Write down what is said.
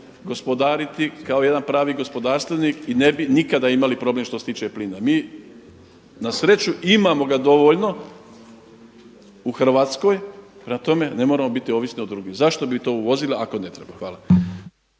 gospodariti kao jedan pravi gospodarstvenik i ne bi nikada imali problem što se tiče plina. Mi na sreću imamo ga dovoljno u Hrvatskoj, prema tome ne moramo biti ovisni o drugima. Zašto bi to uvozili ako ne treba. Hvala.